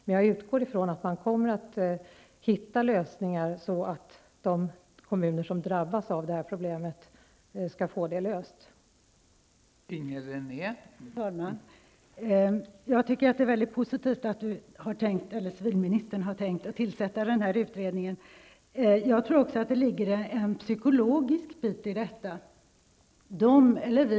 Men jag utgår från att man kommer att hitta lösningar så att kommuner som drabbas av detta problem skall kunna bemästra det.